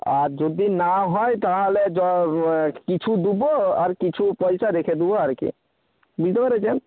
আর যদি না হয় তাহলে কিছু দেবো আর কিছু পয়সা রেখে দেবো আর কি বুঝতে পেরেছেন